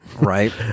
Right